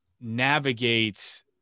navigate